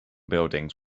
buildings